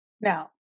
Now